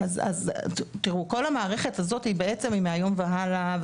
אז תראו, כל המערכת הזאת היא בעצם מהיום והלאה.